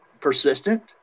persistent